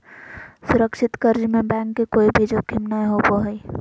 सुरक्षित कर्ज में बैंक के कोय भी जोखिम नय होबो हय